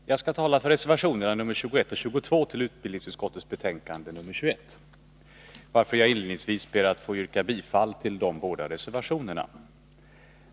Fru talman! Jag skall tala för reservationerna 21 och 22 till utbildningsutskottets betänkande 1982/83:21, varför jag inledningsvis ber att få yrka bifall till dessa båda reservationer.